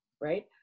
right